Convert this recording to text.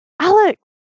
Alex